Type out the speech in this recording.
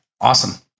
Awesome